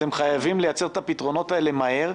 אתם חייבים לייצר את הפתרונות האלה מהר,